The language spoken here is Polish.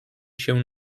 się